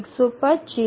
125 0